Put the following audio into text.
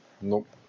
Nope